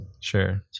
Sure